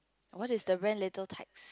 what is the when latest text